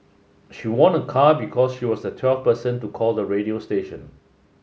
she won a car because she was the twelfth person to call the radio station